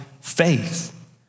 faith